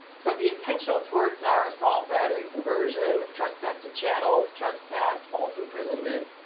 so the intentional torts are assault, battery, conversion, trespass to chattels, trespass, false imprisonment.